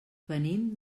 venim